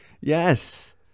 Yes